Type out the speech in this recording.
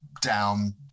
down